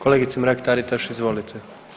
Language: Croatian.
Kolegice Mrak-Taritaš, izvolite.